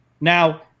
Now